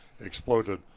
exploded